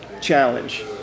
challenge